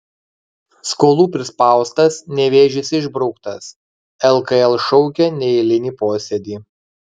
skolų prispaustas nevėžis išbrauktas lkl šaukia neeilinį posėdį